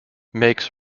makes